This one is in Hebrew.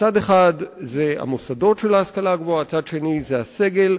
צד אחד זה המוסדות של ההשכלה הגבוהה וצד שני זה הסגל,